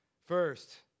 First